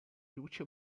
lucio